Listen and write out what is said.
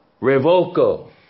Revoco